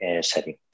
setting